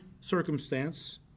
circumstance